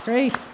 great